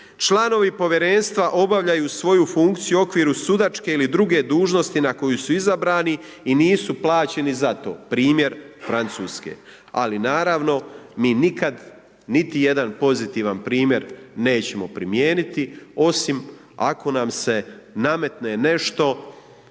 članovi povjerenstva obavljaju svoju funkciju u okviru sudačke ili druge dužnosti na koju su izabrani i nisu plaćeni za to, primjer Francuske, ali naravno, mi nikad, niti jedan pozitivan primjer nećemo primijeniti, osim ako nam se nametne nešto